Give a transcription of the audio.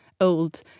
old